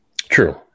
True